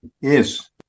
yes